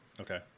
Okay